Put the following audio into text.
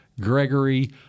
Gregory